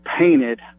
painted